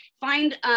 find